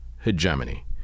hegemony